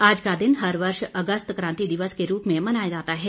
आज का दिन हर वर्ष अगस्त क्रांति दिवस के रूप में मनाया जाता है